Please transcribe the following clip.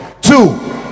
Two